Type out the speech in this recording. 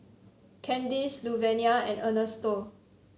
Candis Luvenia and Ernesto